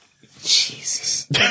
Jesus